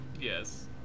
Yes